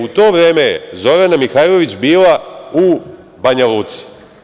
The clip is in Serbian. U to vreme je Zorana Mihajlović bila u Banja Luci.